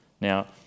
Now